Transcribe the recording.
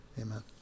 amen